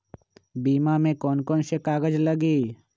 बीमा में कौन कौन से कागज लगी?